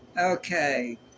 Okay